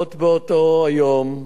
עוד באותו היום,